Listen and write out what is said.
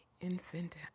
infant